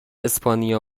اسپانیا